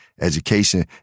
education